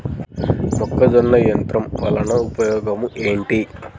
మొక్కజొన్న యంత్రం వలన ఉపయోగము ఏంటి?